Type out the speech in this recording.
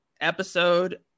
episode